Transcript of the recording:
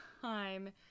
time